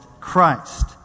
Christ